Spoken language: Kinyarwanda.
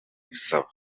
gusaba